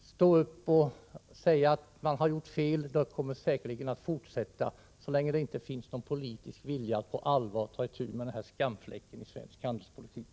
stå upp och säga att de har gjort fel — kommer säkert att fortsätta så länge det inte finns någon politisk vilja att på allvar ta itu med denna skamfläck i svensk handelspolitik.